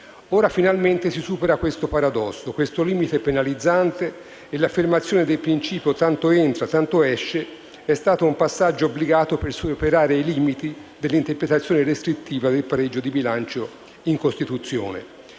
Ora finalmente si supera questo paradosso, questo limite penalizzante, e l'affermazione del principio "tanto entra, tanto esce" è stato un passaggio obbligato per superare i limiti dell'interpretazione restrittiva del pareggio di bilancio in Costituzione.